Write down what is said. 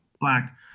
Black